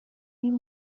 این